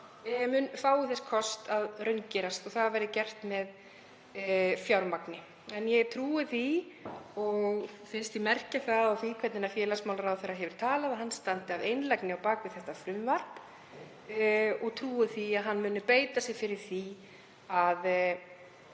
tíma, eigi þess kost að raungerast og það verði gert með fjármagni. En ég trúi því og finnst ég merkja það á því hvernig félagsmálaráðherra hefur talað að hann standi af einlægni á bak við þetta frumvarp og ég trúi því að hann muni beita sér fyrir því að